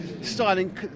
styling